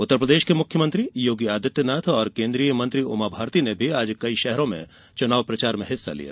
उत्तरप्रदेश के मुख्यमंत्री योगी आदित्यनाथ और केन्द्रीय मंत्री उमा भारती ने भी आज कई शहरों में चूनाव प्रचार में हिस्सा लिया